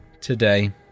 today